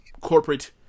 corporate